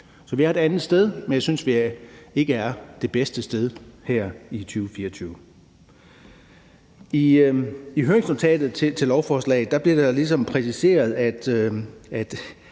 Så vi er et andet sted, men jeg synes ikke, at vi her i 2024 er det bedste sted. I høringsnotatet til lovforslaget bliver der ligesom præciseret, at